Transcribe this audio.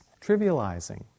trivializing